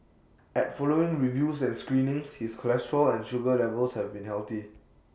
at following reviews and screenings his cholesterol and sugar levels have been healthy